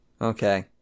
Okay